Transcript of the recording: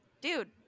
dude